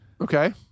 Okay